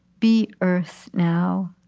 be earth now,